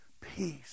Peace